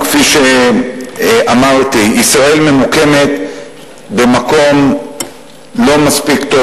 כפי שאמרתי: ישראל ממוקמת במקום לא מספיק טוב,